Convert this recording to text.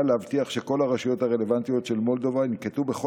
להבטיח שכל הרשויות הרלוונטיות של מולדובה ינקטו את כל